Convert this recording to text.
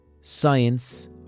science